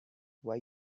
why